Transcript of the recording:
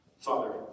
Father